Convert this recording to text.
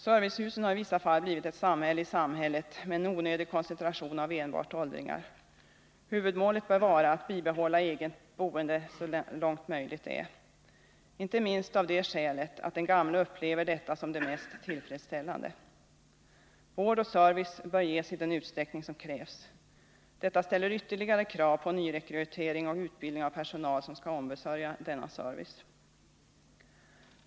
Servicehusen har i vissa fall blivit ett samhälle i samhället, med en onödig koncentration av enbart åldringar. Huvudmålet bör vara att bibehålla eget boende så långt möjligt. Inte minst av det skälet att den gamle upplever detta som det mest tillfredsställande. Vård och service bör ges i den utsträckning som krävs. Detta ställer ytterligare krav på nyrekrytering och utbildning av personal som skall ombesörja denna service.